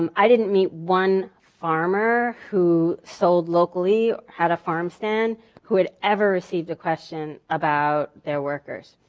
um i didn't meet one farmer who sold locally, had a farm stand who had ever received a question about their workers.